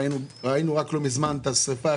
ראינו רק לא מזמן את השריפה,